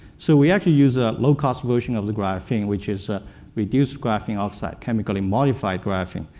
so we actually use a low cost version of the graphene, which is reduced graphene oxide, chemically modified graphene,